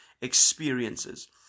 experiences